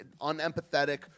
unempathetic